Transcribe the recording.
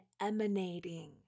emanating